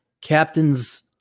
captains